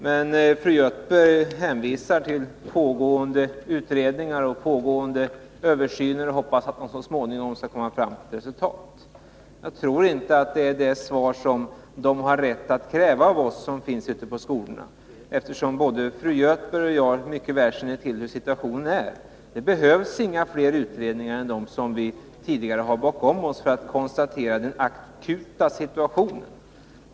Men fru Göthberg hänvisar till pågående utredningar och pågående översyner. Hon hoppas att dessa så småningom skall komma fram till resultat. Jag tror inte att det är detta svar som man ute på skolorna kräver av oss. Både fru Göthberg och jag känner mycket väl till situationen. Det behövs inga fler utredningar än de som vi tidigare har bakom oss för att konstatera den akuta situationen.